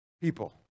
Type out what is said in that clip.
people